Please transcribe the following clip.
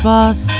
Boss